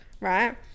Right